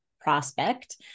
prospect